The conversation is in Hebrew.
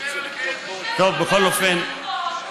בכול אופן,